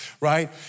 right